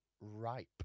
Ripe